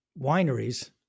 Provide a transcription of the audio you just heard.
wineries